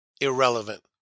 irrelevant